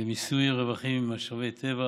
מיסוי רווחים ממשאבי טבע